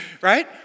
right